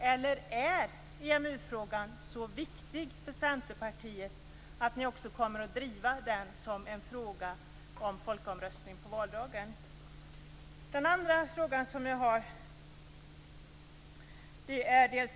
Eller är EMU frågan så viktig för er i Centerpartiet att ni också kommer att driva den som en fråga om folkomröstning på valdagen? Sedan gäller det miljön.